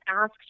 asked